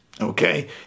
okay